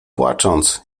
płacząc